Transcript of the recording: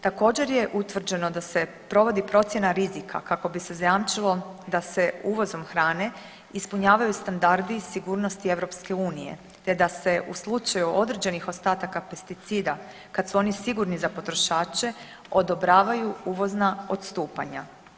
Također je utvrđeno da se provodi procjena rizika kako bi se zajamčilo da se uvozom hrane ispunjavaju standardi sigurnosti EU, te da se u slučaju određenih ostataka pesticida kad su oni sigurni za potrošače odobravaju uvozna odstupanja.